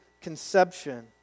conception